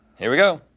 here we go.